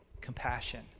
compassion